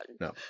No